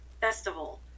Festival